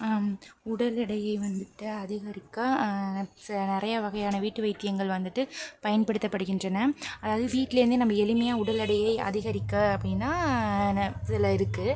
உடல் எடையை வந்துட்டு அதிகரிக்க ச நிறைய வகையான வீட்டு வைத்தியங்கள் வந்துட்டு பயன்படுத்தப்படுகின்றன அதாவது வீட்டுலேந்தே நம்ம எளிமையா உடல் எடையை அதிகரிக்க அப்படின்னா ந இதில் இருக்குது